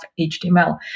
HTML